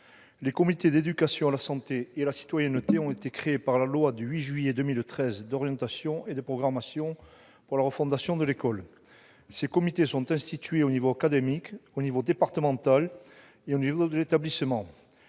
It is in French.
Les comités d'éducation à la santé et à la citoyenneté ont été créés par la loi du 8 juillet 2013 d'orientation et de programmation pour la refondation de l'école de la République. Ces comités sont institués au niveau académique, au niveau départemental et au niveau de l'établissement.